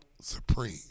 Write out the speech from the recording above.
supreme